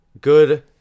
good